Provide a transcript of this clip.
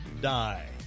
die